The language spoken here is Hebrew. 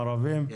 ערבים,